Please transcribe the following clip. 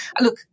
Look